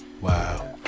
Wow